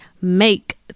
make